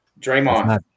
Draymond